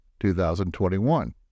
2021